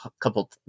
couple